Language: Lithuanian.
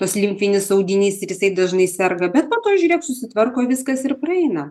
tas limfinis audinys ir jisai dažnai serga bet po to žiūrėk susitvarko viskas ir praeina